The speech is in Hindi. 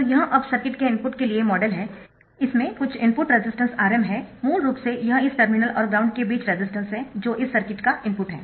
तो यह अब सर्किट के इनपुट के लिए मॉडल है इसमें कुछ इनपुट रेजिस्टेंस Rm है मूल रूप से यह इस टर्मिनल और ग्राउंड के बीच रेजिस्टेंस है जो इस सर्किट का इनपुट है